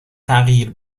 تغییر